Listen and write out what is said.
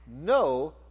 no